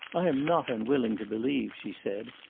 i am not unwilling to believe, she said,